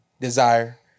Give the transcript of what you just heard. desire